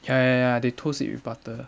ya ya ya they toast it with butter